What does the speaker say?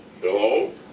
hello